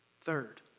Third